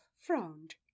frowned